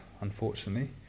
unfortunately